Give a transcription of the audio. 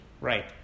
Right